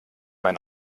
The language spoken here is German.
mein